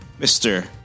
Mr